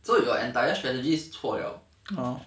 so your entire strategies 错 liao oh